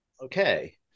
okay